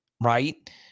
right